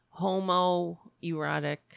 homoerotic